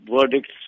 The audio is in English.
verdicts